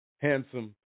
handsome